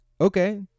okay